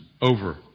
over